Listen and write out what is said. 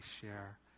share